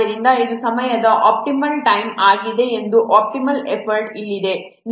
ಆದ್ದರಿಂದ ಇದು ಸಮಯದ ಆಪ್ಟಿಮಲ್ ಟೈಮ್ ಆಗಿದೆ ಮತ್ತು ಆಪ್ಟಿಮಲ್ ಎಫರ್ಟ್ ಇಲ್ಲಿದೆ